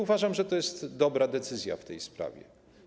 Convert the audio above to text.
Uważam, że to jest dobra decyzja w tej sprawie.